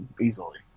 easily